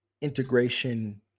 integration